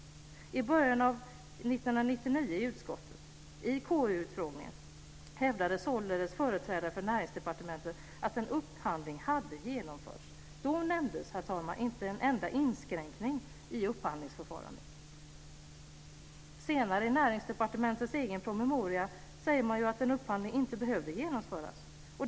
I början av 1999 i utskottets och i KU-utfrågningen hävdades således från Näringsdepartementet att en upphandling hade genomförts. Då nämndes, herr talman, inte en enda inskränkning i upphandlingsförfarandet. Senare i Näringsdepartementets egen promemoria säger man att en upphandling inte behövde genomföras.